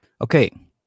Okay